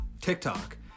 TikTok